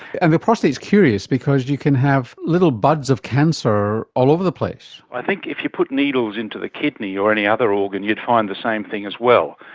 and the prostate is curious because you can have little buds of cancer all over the place. i think if you put needles into the kidney or any other organ you'd find the same thing as well,